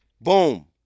Boom